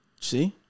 See